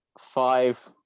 five